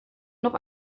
noch